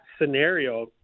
scenario